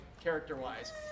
Character-wise